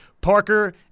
parker